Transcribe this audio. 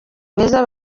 beza